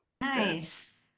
Nice